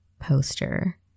poster